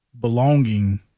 belonging